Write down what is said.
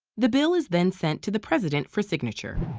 the bill is then sent to the president for signature.